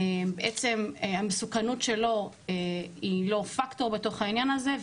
עצם המסוכנות שלו היא לא פקטור בתוך העניין הזה,